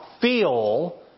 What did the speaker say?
feel